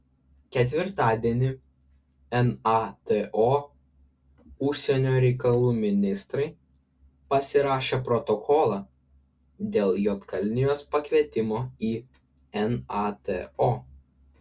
ketvirtadienį nato užsienio reikalų ministrai pasirašė protokolą dėl juodkalnijos pakvietimo į nato